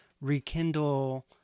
rekindle